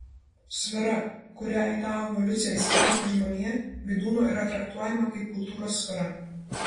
sfera kuria į tą evoliuciją įsitraukia žmonija vydūno yra traktuojama kaip kultūros sfera